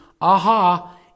Aha